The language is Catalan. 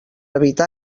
evitar